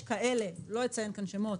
בלי לציין שמות